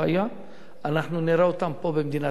אנחנו נראה אותן פה במדינת ישראל.